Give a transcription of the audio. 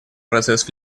процесс